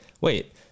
wait